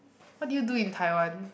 what did you do in Taiwan